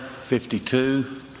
52